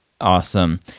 Awesome